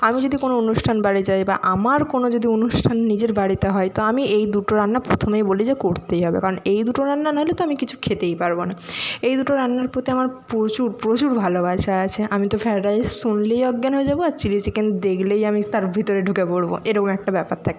আমি যদি কোনো অনুষ্ঠান বাড়ি যাই বা আমার কোনো যদি অনুষ্ঠান নিজের বাড়িতে হয় তো আমি এই দুটো রান্না প্রথমে বলি যে করতেই হবে কারণ এই দুটো রান্না নাহলে তো আমি কিছু খেতেই পারবো না এই দুটো রান্নার প্রতি আমার প্রচুর প্রচুর ভালোবাসা আছে আমি তো ফ্রায়েড রাইস শুনলেই অজ্ঞান হয়ে যাবো আর চিলি চিকেন দেখলেই আমি তার ভিতরে ঢুকে পরবো এরকম একটা ব্যাপার থাকে